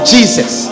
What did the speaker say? Jesus